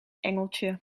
engeltje